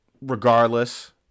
regardless